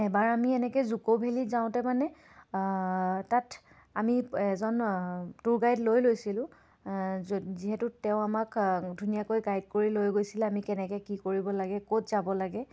এবাৰ আমি এনেকৈ জুকো ভেলী যাওঁতে মানে তাত আমি এজন টুৰ গাইড লৈ লৈছিলোঁ য'ত যিহেতু তেওঁ আমাক ধুনীয়াকৈ গাইড কৰি লৈ গৈছিলে আমি কেনেকৈ কি কৰিব লাগে ক'ত যাব লাগে